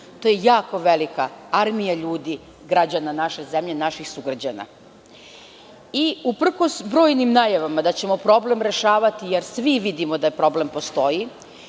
To je jako velika armija ljudi, građana naše zemlje, naših sugrađana. Uprkos brojnim najavama da ćemo problem rešavati, jer svi vidimo da problem postoji,